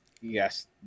Yes